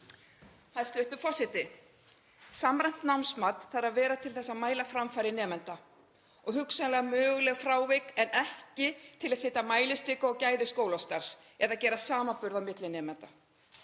Hæstv. forseti. Samræmt námsmat þarf að vera til þess að mæla framfarir nemenda og hugsanlega möguleg frávik en ekki til að setja mælistiku á gæði skólastarfs eða gera samanburð á milli nemenda.